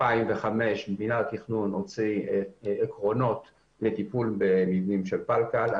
מנהל התכנון הוציא ב-2005 הוציא עקרונות לטיפול במבנים של פלקל.